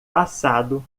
passado